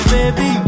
Baby